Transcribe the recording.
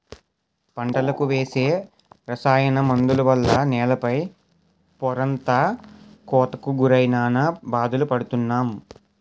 పంటలకు వేసే రసాయన మందుల వల్ల నేల పై పొరంతా కోతకు గురై నానా బాధలు పడుతున్నాం